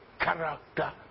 character